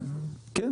בסדר,